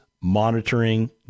monitoring